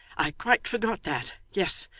i quite forgot that. yes,